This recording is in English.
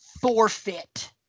forfeit